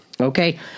Okay